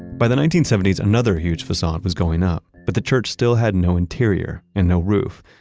by the nineteen seventy s another huge facade was going up. but the church still had no interior and no roof.